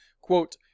quote